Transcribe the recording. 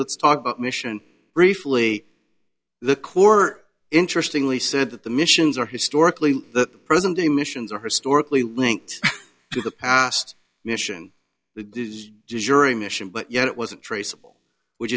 let's talk about mission briefly the core interesting lee said that the missions are historically the present day missions are historically linked to the past mission the jury mission but yet it wasn't traceable which